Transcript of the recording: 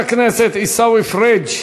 חבר הכנסת עיסאווי פריג',